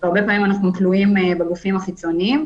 והרבה פעמים אנחנו תלויים בגופים החיצוניים.